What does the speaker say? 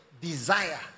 desire